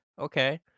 okay